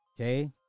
Okay